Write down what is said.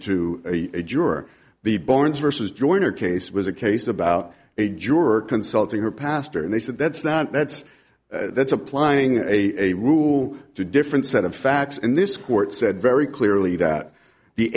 to a juror the barnes versus joiner case was a case about a juror consulting her pastor and they said that's not that's that's applying a rule to a different set of facts and this court said very clearly that the